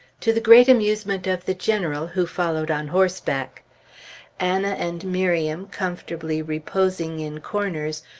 to the great amusement of the general who followed on horseback. anna and miriam, comfortably reposing in corners,